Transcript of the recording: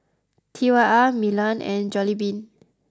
T Y R Milan and Jollibean